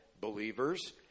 believers